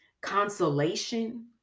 consolation